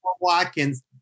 Watkins